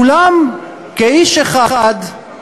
כולם כאיש אחד,